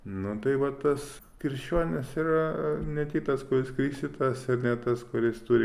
nu tai va tas krikščionis yra ne tik tas kuris krikštytas ir ne tas kuris turi